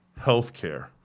healthcare